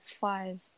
five